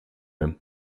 him